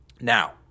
Now